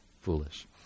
foolish